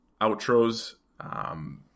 outros